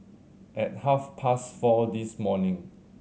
at half past four this morning